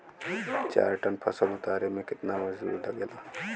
चार टन फसल उतारे में कितना मजदूरी लागेला?